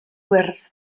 wyrdd